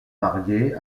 mariée